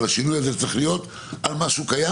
אבל השינוי הזה צריך להיות על משהו קיים